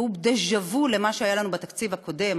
והוא דז'ה-וו למה שהיה לנו בתקציב הקודם,